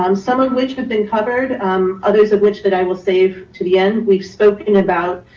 um some of which have been covered others of which that i will save to the end, we've spoken about.